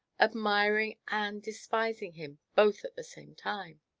admiring and despising him, both at the same time?